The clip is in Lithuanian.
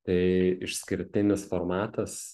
tai išskirtinis formatas